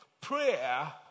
prayer